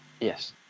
Yes